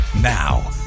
Now